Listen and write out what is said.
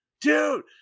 dude